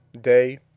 day